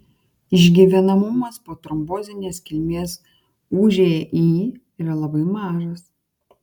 išgyvenamumas po trombozinės kilmės ūži yra labai mažas